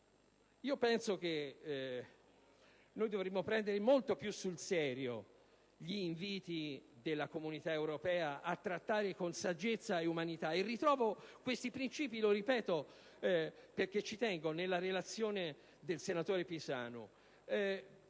Penso che dovremmo prendere molto più sul serio gli inviti della Comunità europea a trattare la questione con saggezza e umanità, e ritrovo tali princìpi - lo ripeto perché ci tengo - nella relazione del senatore Pisanu.